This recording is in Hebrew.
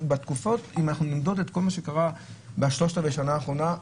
אם נמדוד את כל מה שקרה בשלושת רבעי השנה האחרונה,